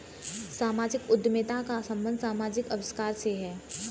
सामाजिक उद्यमिता का संबंध समाजिक आविष्कार से है